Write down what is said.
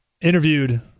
interviewed